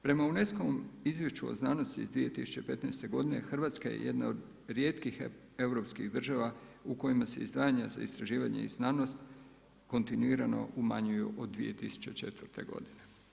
Prema UNESCO-vom izvješću o znanosti iz 2015. godine Hrvatska je jedna od rijetkih europskih država u kojima se izdvajanja za istraživanje i znanost kontinuirano umanjuju od 2004. godine.